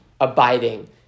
Abiding